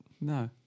No